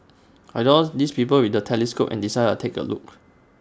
I saw these people with the telescopes and decided A take A look